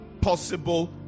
possible